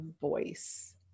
voice